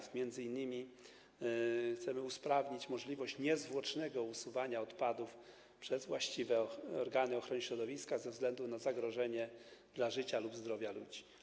Chcemy m.in. usprawnić możliwość niezwłocznego usuwania odpadów przez właściwe organy ochrony środowiska ze względu na zagrożenie dla życia lub zdrowia ludzi.